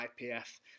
ipf